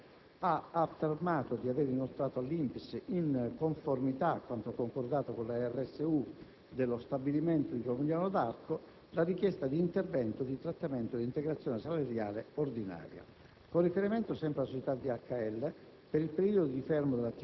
srl operante nel medesimo sito produttivo - l'azienda ha affermato di avere inoltrato all'INPS, in conformità a quanto concordato con le rappresentanze sindacali unitarie dello stabilimento di Pomigliano d'Arco, la richiesta di intervento di trattamento di integrazione salariale ordinario.